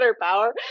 power